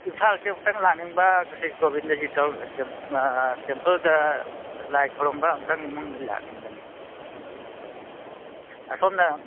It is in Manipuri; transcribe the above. ꯏꯝꯐꯥꯜꯁꯦ ꯑꯃꯨꯛꯇꯪ ꯂꯥꯛꯅꯤꯡꯕ ꯁ꯭ꯔꯤ ꯒꯣꯕꯤꯟꯗꯖꯤ ꯇꯦꯝꯄꯜꯗ ꯂꯥꯏ ꯈꯨꯔꯨꯝꯕ ꯑꯃꯨꯛꯇꯪ ꯏꯃꯨꯡꯒꯤ ꯂꯥꯛꯅꯤꯡꯕꯅꯤ ꯑꯁꯣꯝꯅ